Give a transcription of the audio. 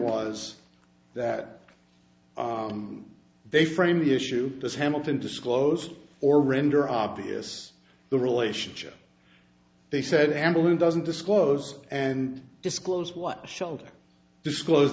was that they framed the issue as hamilton disclosed or render obvious the relationship they said hamelin doesn't disclose and disclose what shell to disclose